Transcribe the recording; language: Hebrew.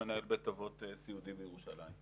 מנהל בית אבות סיעודי בירושלים.